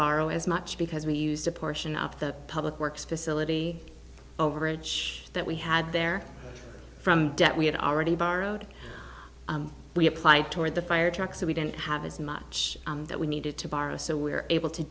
borrow as much because we used a portion of the public works facility overage that we had there from debt we had already borrowed we applied toward the firetruck so we didn't have as much that we needed to borrow so we were able to